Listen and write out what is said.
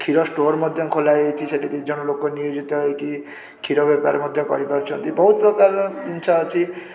କ୍ଷୀର ଷ୍ଟୋର ମଧ୍ୟ ଖୋଲାହେଇଛି ସେଠି ଦୁଇଜଣ ଲୋକ ମଧ୍ୟ ନିୟୋଜିତ ହେଇକି କ୍ଷୀର ବେପାର ମଧ୍ୟ କରିପାରୁଛନ୍ତି ବହୁତପ୍ରକାରର ଜିନିଷ ଅଛି